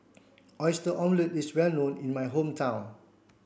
Oyster Omelette is well known in my hometown